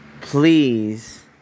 please